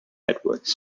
networks